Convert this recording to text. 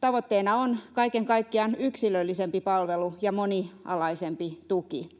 Tavoitteena on kaiken kaikkiaan yksilöllisempi palvelu ja monialaisempi tuki.